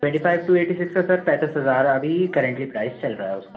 twenty five two eighty six का sir पैंतीस हज़ार अभी करेंटली प्राइज़ चल रहा उसका